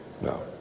no